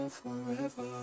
forever